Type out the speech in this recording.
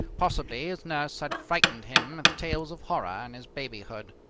possibly his nurse had frightened him with tales of horror in his babyhood.